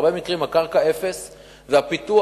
בהרבה מקרים הקרקע אפס והפיתוח,